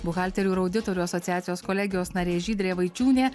buhalterių ir auditorių asociacijos kolegijos narė žydrė vaičiūnė